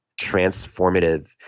transformative